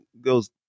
goes